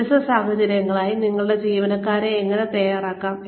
വ്യത്യസ്ത സാഹചര്യങ്ങൾക്കായി ഞങ്ങളുടെ ജീവനക്കാരെ എങ്ങനെ തയ്യാറാക്കാം